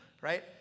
right